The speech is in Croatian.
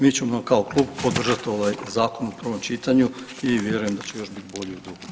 Mi ćemo kao klub podržati ovaj zakon u prvom čitanju i vjerujem da će još bit bolji u drugom.